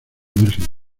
margen